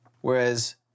Whereas